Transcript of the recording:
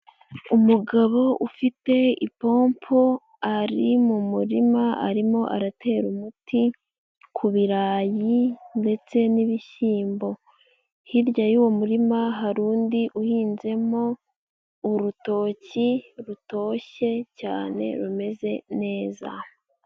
Umugabo ufite ipompo ari mu murima arimo aratera umuti ku birarayi ndetse n'ibishyimbo, hirya y'uwo murima hari undi uhinzemo urutoki rutoshye cyane rumeze neza.